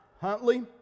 Huntley